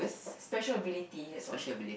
special ability that's all